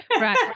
right